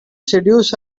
seduce